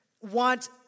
want